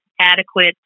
adequate